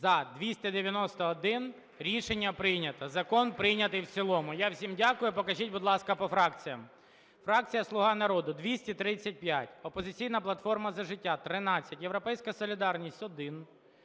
За-291 Рішення прийнято. Закон прийнятий в цілому. Я всім дякую. Покажіть, будь ласка, по фракціям. Фракція "Слуга народу" – 235, "Опозиційна платформа - За життя" – 13, "Європейська солідарність" –